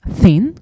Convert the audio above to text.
thin